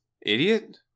idiot